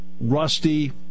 rusty